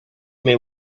may